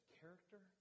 character